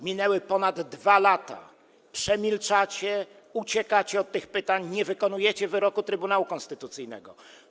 Minęły ponad 2 lata, przemilczacie to, uciekacie od tych pytań, nie wykonujecie wyroku Trybunału Konstytucyjnego.